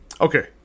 okay